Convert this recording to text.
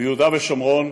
ביהודה ושומרון,